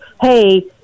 hey